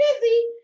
busy